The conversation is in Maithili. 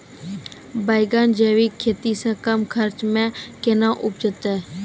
बैंगन जैविक खेती से कम खर्च मे कैना उपजते?